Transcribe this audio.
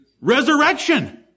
Resurrection